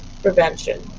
prevention